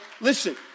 listen